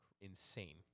insane